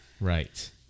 Right